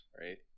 right